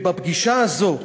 ובפגישה הזאת,